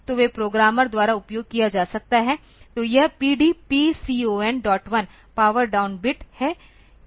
तो वे प्रोग्रामर द्वारा उपयोग किया जा सकता है तो यह PD PCON1 power down bit है